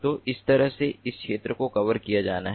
तो इस तरह के एक क्षेत्र को कवर किया जाना है